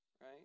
right